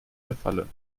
befallen